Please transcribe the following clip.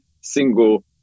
single